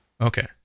Okay